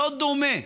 לא דומה.